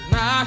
Now